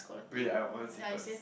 wait I I want to say first